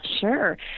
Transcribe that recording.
Sure